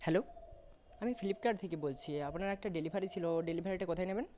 hello আমি Flipkart থেকে বলছি আপনার একটা ডেলিভারি ছিল ডেলিভারিটা কোথায় নেবেন